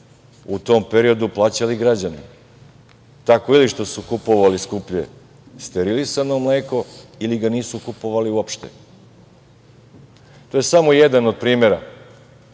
u tom periodu, plaćali građani, tako što su ljudi kupovali skuplje sterilisano mleko ili ga nisu kupovali uopšte. To je samo jedan od primera